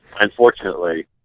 Unfortunately